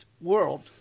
world